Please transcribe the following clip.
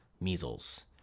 measles